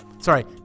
Sorry